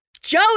Joe